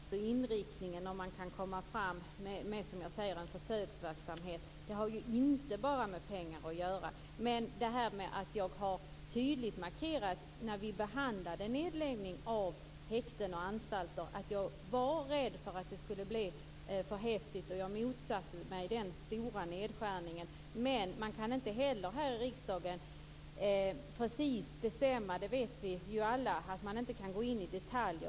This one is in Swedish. Fru talman! Det här gäller inte enbart pengar. Det gäller inriktningen och komma fram med en försöksverksamhet. Det har inte bara med pengar att göra. Jag markerade tydligt när vi behandlade frågan om nedläggning av häkten och anstalter att jag var rädd för att det skulle bli för häftigt. Jag motsatte mig den stora nedskärningen. Men man kan inte här i riksdagen - det vet alla - gå in och bestämma i detalj.